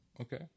Okay